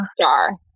star